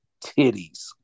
titties